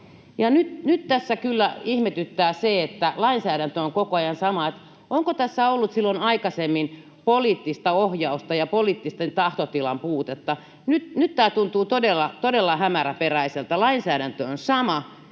Nyt tässä kyllä ihmetyttää se, kun lainsäädäntö on koko ajan sama, että onko tässä ollut silloin aikaisemmin poliittista ohjausta ja poliittisen tahtotilan puutetta. Nyt tämä tuntuu todella hämäräperäiseltä. Lainsäädäntö on sama,